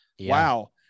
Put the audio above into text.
wow